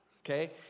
okay